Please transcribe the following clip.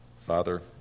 Father